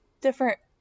different